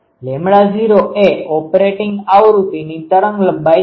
λ૦ એ ઓપરેટિંગ આવૃત્તિની તરંગ લંબાઈ છે